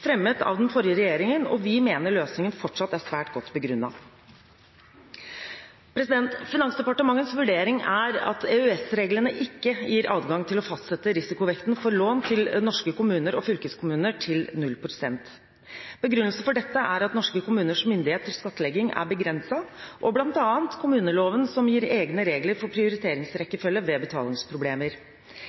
fremmet av den forrige regjeringen, og vi mener løsningen fortsatt er svært godt begrunnet. Finansdepartementets vurdering er at EØS-reglene ikke gir adgang til å fastsette risikovekten for lån til norske kommuner og fylkeskommuner til 0 pst. Begrunnelsen for dette er at norske kommuners myndighet til skattlegging er begrenset, og bl.a. kommuneloven, som gir egne regler for prioriteringsrekkefølge ved betalingsproblemer.